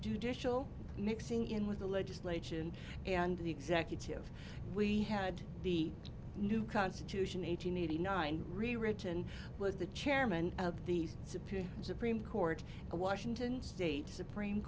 judicial mixing in with the legislation and the executive we had the new constitution eight hundred eighty nine rewritten was the chairman of the supreme supreme court a washington state supreme